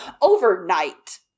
overnight